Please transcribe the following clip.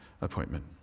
appointment